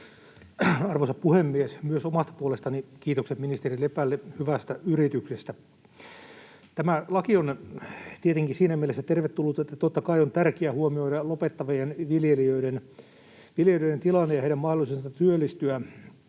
Arvoisa puhemies! Myös omasta puolestani kiitokset ministeri Lepälle hyvästä yrityksestä. Tämä laki on tietenkin siinä mielessä tervetullut, että totta kai on tärkeää huomioida lopettavien viljelijöiden tilanne ja heidän mahdollisuutensa työllistyä.